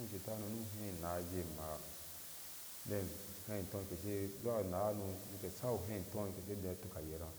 Nuh ucita hanu nu hei naah jɛ maah den heintoi keshe zuwa naah hano nike shei hei ntoh kɛsɛ sha tuka yeraah